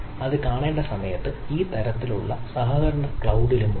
അത് കാണേണ്ട സമയത്ത് ഈ തരത്തിലുള്ള സഹകരണ ക്ലൌഡിലും ഉണ്ട്